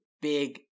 big